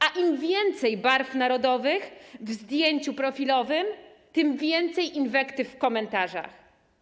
A im więcej barw narodowych w zdjęciu profilowym, tym więcej inwektyw w komentarzach.